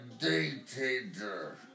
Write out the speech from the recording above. dictator